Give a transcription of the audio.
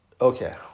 okay